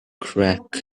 crack